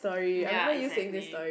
ya exactly